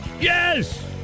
yes